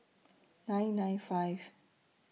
nine nine five